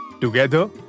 Together